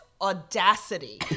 audacity